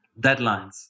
deadlines